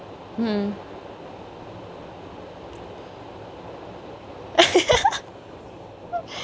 mm